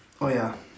oh ya